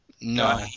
No